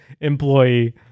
employee